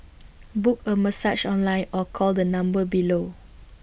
book A massage online or call the number below